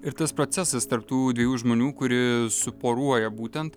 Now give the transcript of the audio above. ir tas procesas tarp tų dviejų žmonių kurie suporuoja būtent